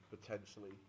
potentially